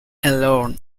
alone